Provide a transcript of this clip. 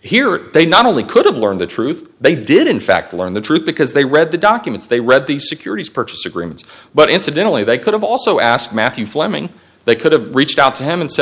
here they not only could have learned the truth they did in fact learn the truth because they read the documents they read the securities purchase agreements but incidentally they could have also asked matthew fleming they could have reached out to him and said